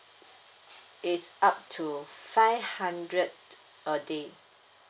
it's up to five hundred A day